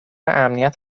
امنیت